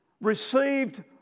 received